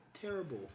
Terrible